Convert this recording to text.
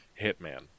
Hitman